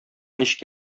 ничек